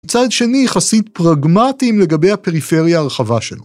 ‫בצד שני, יחסית פרגמטיים ‫לגבי הפריפריה הרחבה שלו.